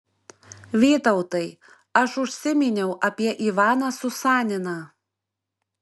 vytautai aš užsiminiau apie ivaną susaniną